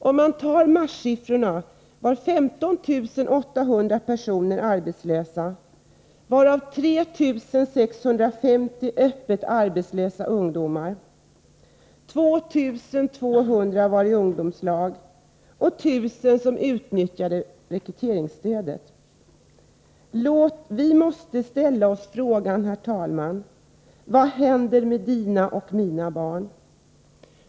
Om man tar marssiffrorna finner man att 15 800 personer var arbetslösa, varav 3 650 öppet arbetslösa ungdomar, 2 200 i ungdomslag och 1 000 som utnyttjade rekryteringsstödet. Vi måste ställa oss frågan, herr talman: Vad händer med Dina och mina barn?